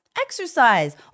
exercise